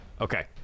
Okay